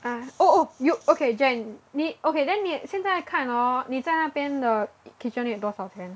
ah oh oh you okay Jen 你 ok then 你现在看 hor 你在那边的 KitchenAid 多少钱